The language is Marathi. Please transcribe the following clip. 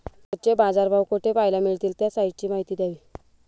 रोजचे बाजारभाव कोठे पहायला मिळतील? त्या साईटची माहिती द्यावी